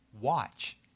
watch